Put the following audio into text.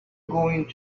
going